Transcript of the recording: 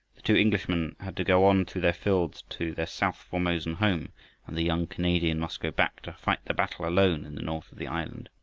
the two englishmen had to go on through their fields to their south formosan home and the young canadian must go back to fight the battle alone in the north of the island.